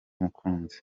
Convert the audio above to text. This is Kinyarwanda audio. mukunzi